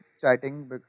chatting